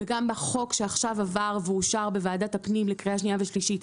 וגם החוק שעכשיו עבר ואושר בוועדת הפנים לקריאה שנייה ושלישית,